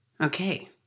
Okay